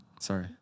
sorry